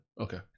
Okay